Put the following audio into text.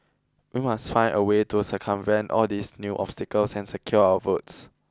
we must find a way to circumvent all these new obstacles and secure our votes